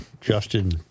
Justin